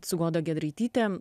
su goda giedraityte